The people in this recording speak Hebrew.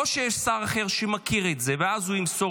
או שיש שר אחר שמכיר את זה ואז הוא ימסור